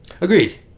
Agreed